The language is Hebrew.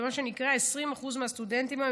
ומה שנקרא 20% מהסטודנטים היום,